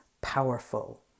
powerful